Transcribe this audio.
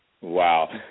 Wow